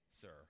sir